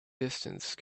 distance